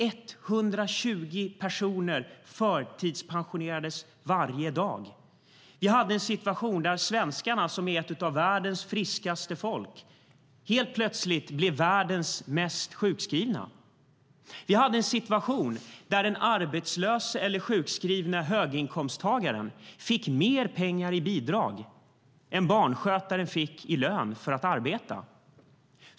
120 personer förtidspensionerades varje dag. Vi hade en situation där svenskarna, som är ett av världens friskaste folk, helt plötsligt blev världens mest sjukskrivna. Vi hade en situation där den arbetslöse eller sjukskrivne höginkomsttagaren fick mer pengar i bidrag än en barnskötare fick i lön för att arbeta.